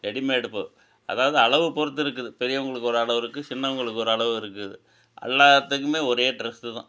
readymade போ அதாவது அளவு பொறுத்து இருக்குது பெரியவங்களுக்கு ஒரு அளவு இருக்கு சின்னவங்களுக்கு ஒரு அளவு இருக்குது எல்லாத்துக்குமே ஒரே ட்ரெஸ்ஸு தான்